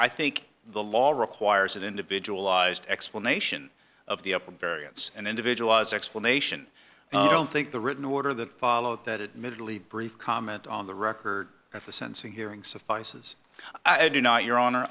i think the law requires an individualized explanation of the upper variance and individuals explanation i don't think the written order that followed that admittedly brief comment on the record at the sensing hearing suffices i do know your honor